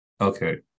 Okay